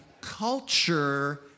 culture